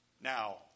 Now